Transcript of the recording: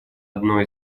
одной